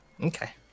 Okay